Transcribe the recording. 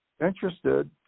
interested